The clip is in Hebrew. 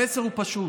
המסר הוא פשוט,